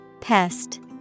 Pest